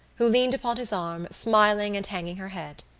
who leaned upon his arm, smiling and hanging her head.